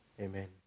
Amen